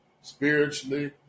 spiritually